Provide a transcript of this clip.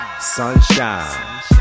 sunshine